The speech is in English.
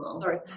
Sorry